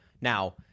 Now